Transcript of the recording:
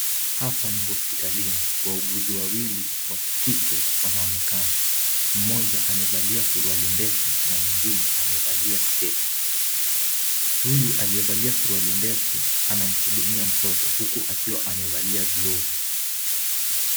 Hapa ni hospitalini. Wauguzi wawili wa kike wanaonekana. Mmoja amevalia suruali ndefu na mwingine amevalia sketi. Huyu aliyevalia suruali ndefu anamhudumia mtoto huku akiwa amevalia glovu.